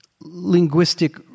linguistic